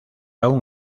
aun